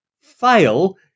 fail